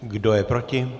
Kdo je proti?